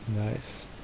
nice